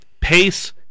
pace